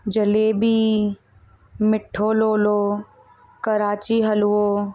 जलेबी मिठो लोलो कराची हलिवो